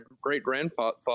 great-grandfather